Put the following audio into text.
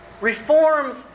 reforms